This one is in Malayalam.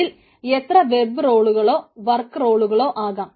അതിൽ എത്ര വെബ് റോളുകളോ വർക്ക് റോളുകളോ ആകാം